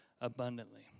abundantly